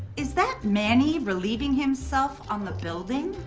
is that manny relieving himself on the building?